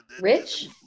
Rich